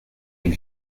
elle